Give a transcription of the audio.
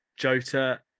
Jota